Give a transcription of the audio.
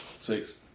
Six